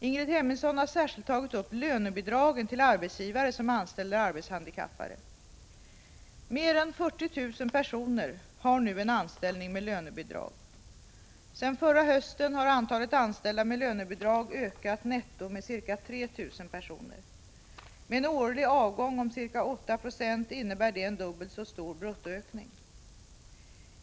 Ingrid Hemmingsson har särskilt tagit upp lönebidragen till arbetsgivare som anställer arbetshandikappade. Mer än 40 000 personer har nu en anställning med lönebidrag. Sedan förra hösten har antalet anställda med lönebidrag ökat netto med ca 3 000 personer. Med en årlig avgång om ca 8 20 innebär det en dubbelt så stor bruttoökning.